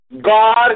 God